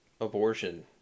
abortion